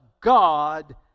God